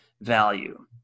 value